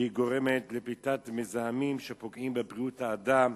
שהיא גורמת לפליטת מזהמים שפוגעים בבריאות האדם,